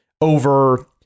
over